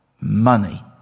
Money